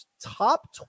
top